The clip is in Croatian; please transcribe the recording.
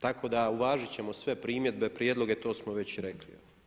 Tako da uvažiti ćemo sve primjedbe, prijedloge, to smo već rekli.